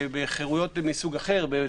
ובחירויות מסוג אחר כגון,